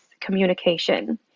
communication